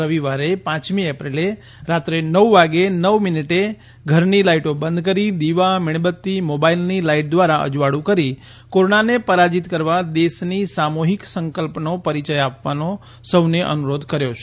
રવિવારે પાંચમી એપ્રિલે રાત્રે નવ વાગે નવ મિનિટ માટે ધટની લાઈટો બંધ કરી દિવા મીણબતી મોબાઈલની લાઈટ દ્વારા અજવાળું કરું કોરોનાને પરાજીત કરવા દેશના સામૂહિક સંકલ્પનો પરિચય આપવા સૌને અનુરોધ કર્યો છે